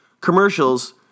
commercials